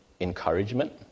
encouragement